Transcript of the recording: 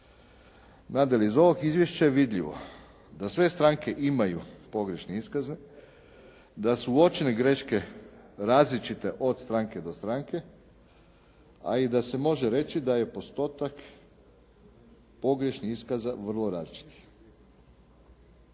Nadalje, iz ovog izvješća je vidljivo da sve stranke imaju pogrešne iskaze, da su uočene greške različite od stranke do stranke, a i da se može reći da je postotak pogrešnih iskaza vrlo različiti.